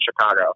Chicago